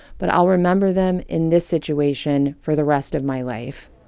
but i'll remember them in this situation for the rest of my life.